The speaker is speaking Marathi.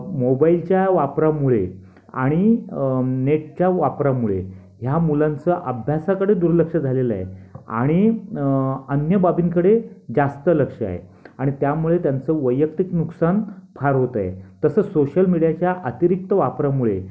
मोबाईलच्या वापरामुळे आणि नेटच्या वापरामुळे ह्या मुलांचं अभ्यासाकडे दुर्लक्ष झालेलं आहे आणि अन्य बाबींकडे जास्त लक्ष आहे आणि त्यामुळे त्यांचं वैयक्तिक नुकसान फार होत आहे तसंच सोशल मीडियाच्या अतिरिक्त वापरामुळे